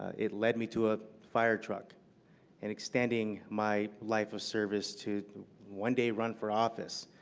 it led me to a fire truck and extending my life of service to one day run for office.